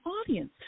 audience